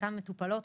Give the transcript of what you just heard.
חלקן מטופלות,